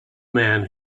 man